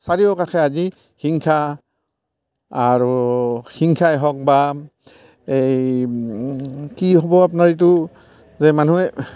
চাৰিওকাষে আজি হিংসা আৰু হিংসাই হওক বা এই কি হ'ব আপোনাৰ এইটো যে মানুহে